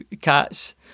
cats